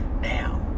Now